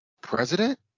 president